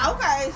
Okay